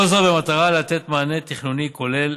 כל זאת, במטרה לתת מענה תכנוני כולל